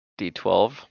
D12